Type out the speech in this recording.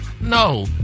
No